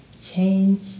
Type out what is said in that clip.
change